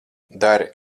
dari